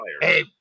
Hey